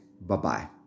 Bye-bye